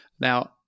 now